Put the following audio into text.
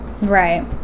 right